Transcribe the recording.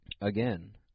Again